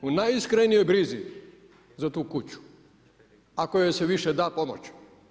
U najiskrenijoj brizi za tu kuću ako joj se više da pomoć.